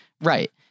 Right